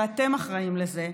ואתם אחראים לזה,